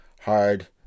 hard